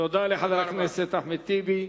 תודה לחבר הכנסת אחמד טיבי.